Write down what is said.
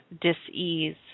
dis-ease